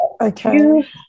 Okay